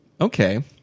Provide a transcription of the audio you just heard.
Okay